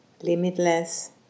Limitless